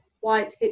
white